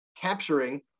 capturing